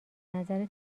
نظر